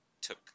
Took